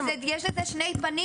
אבל יש לזה שני פנים.